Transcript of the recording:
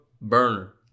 Burner